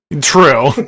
True